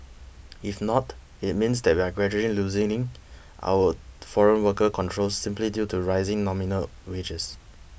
if not it means that we are gradually loosening our foreign worker controls simply due to rising nominal wages